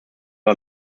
war